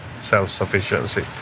self-sufficiency